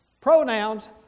pronouns